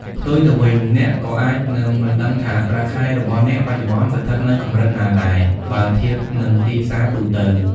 ផ្ទុយទៅវិញ អ្នកក៏អាចនឹងមិនដឹងថាប្រាក់ខែរបស់អ្នកបច្ចុប្បន្នស្ថិតនៅកម្រិតណាដែរ បើធៀបនឹងទីផ្សារទូទៅ។